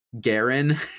garen